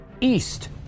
east